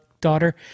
daughter